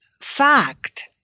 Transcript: fact